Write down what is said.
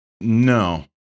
no